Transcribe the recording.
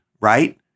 right